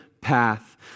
path